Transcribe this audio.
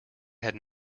had